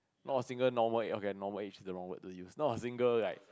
not a single normal a~ okay normal age is the wrong word to use not a single like